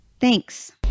Thanks